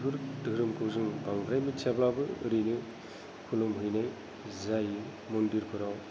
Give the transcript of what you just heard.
बेफोर दोहोरोमखौ जों बांद्राय मिथियाब्लाबो ओरैनो खुलुमहैनाय जायो मन्दिरफोराव